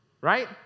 right